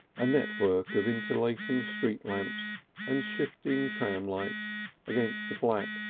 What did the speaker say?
a network of interlacing street lamps and shifting tram lights against the black,